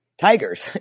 tigers